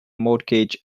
mortgage